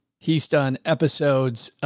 he's done episodes.